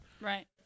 Right